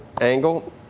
angle